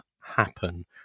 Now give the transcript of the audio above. happen